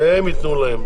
הם ייתנו להם.